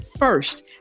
First